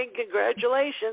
congratulations